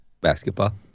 Basketball